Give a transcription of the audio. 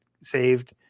saved